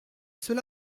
cela